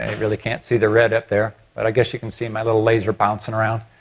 ah really can't see the red up there but i guess you can see my little laser bouncing around.